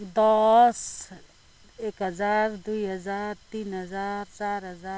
दस एक हजार दुई हजार तिन हजार चार हजार